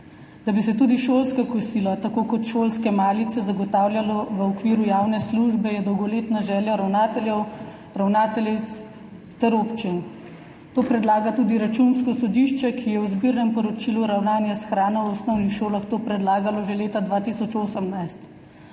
Da bi se tudi šolska kosila tako kot šolske malice zagotavljalo v okviru javne službe, je dolgoletna želja ravnateljev, ravnateljic ter občin. To predlaga tudi Računsko sodišče, ki je v zbirnem poročilu Ravnanje s hrano v osnovnih šolah to predlagalo že leta 2018.